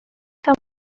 some